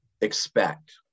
expect